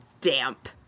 damp